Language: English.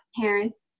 parents